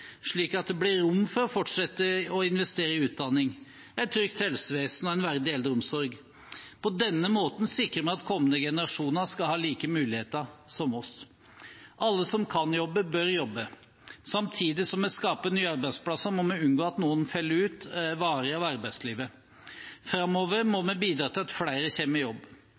slik at det blir rom for å fortsette å investere i utdanning, et trygt helsevesen og en verdig eldreomsorg. På denne måten sikrer vi at kommende generasjoner skal ha like muligheter som oss. Alle som kan jobbe, bør jobbe. Samtidig som vi skaper nye arbeidsplasser, må vi unngå at noen faller varig ut av arbeidslivet. Framover må vi bidra til at flere kommer i jobb.